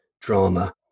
drama